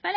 men